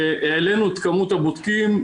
העלנו את כמות הבודקים.